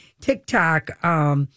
TikTok